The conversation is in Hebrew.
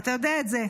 ואתה יודע את זה,